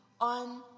on